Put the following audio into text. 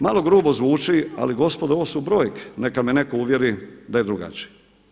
Malo grubo zvuči ali gospodo ovo su brojke, neka me neko uvjeri da je drugačije.